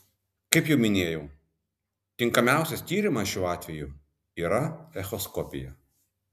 kaip jau minėjau tinkamiausias tyrimas šiuo atveju yra echoskopija